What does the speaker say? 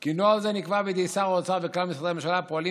כי נוהל זה נקבע בידי שר האוצר וכלל משרדי הממשלה פועלים